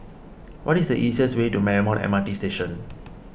what is the easiest way to Marymount M R T Station